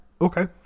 Okay